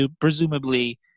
presumably